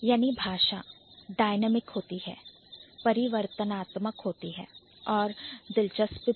Language भाषा dynamic dynamic अर्थात परिवर्तनआत्मक होती है और दिलचस्प भी